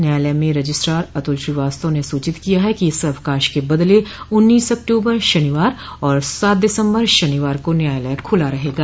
न्यायालय में रजिस्ट्रार अतुल श्रीवास्तव ने सूचित किया है कि इस अवकाश के बदले उन्नीस अक्टूबर शनिवार और सात दिसम्बर शनिवार को न्यायालय खुला रहेगा